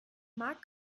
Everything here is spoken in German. mag